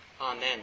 amen